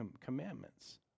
commandments